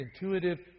intuitive